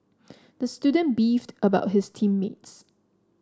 the student beefed about his team mates